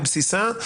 בבסיסה.